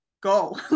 go